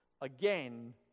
Again